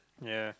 ya